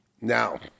Now